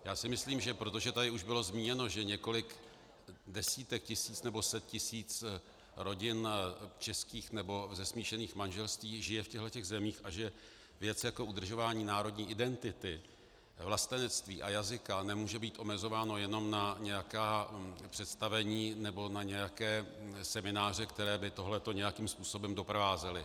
Já si myslím, protože tady už bylo zmíněno, že několik desítek tisíc nebo set tisíc rodin českých nebo ze smíšených manželství žije v těchto zemích, že věc jako udržování národní identity, vlastenectví a jazyka nemůže být omezováno jenom na nějaká představení nebo na nějaké semináře, které by to nějakým způsobem doprovázely.